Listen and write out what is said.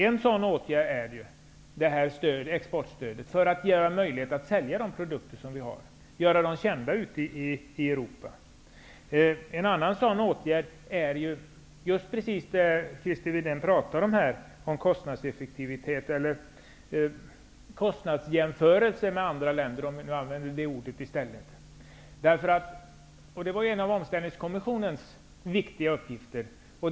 En sådan åtgärd är exportstödet, vilket skall göra det möjligt att sälja de produkter som finns och dessutom göra dem kända i Europa. En annan sådan åtgärd är just vad Christer Windén pratade om, dvs. att göra en kostnadsjämförelse med andra länder -- alltså frågan om kostnadseffektivitet. Det här har varit en av Omställningskommissionens viktiga uppgifter.